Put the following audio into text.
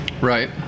Right